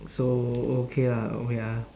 so okay lah oh ya